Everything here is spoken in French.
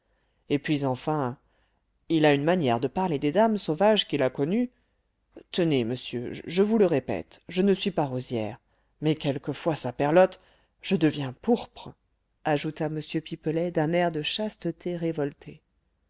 et puis enfin il a une manière de parler des dames sauvages qu'il a connues tenez monsieur je vous le répète je ne suis pas rosière mais quelquefois saperlotte je deviens pourpre ajouta m pipelet d'un air de chasteté